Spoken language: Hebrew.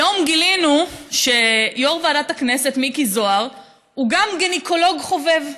היום גילינו שיו"ר ועדת הכנסת מיקי זוהר הוא גם גינקולוג חובב.